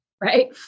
Right